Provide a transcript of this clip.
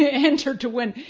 ah enter to win,